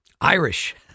Irish